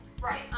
Right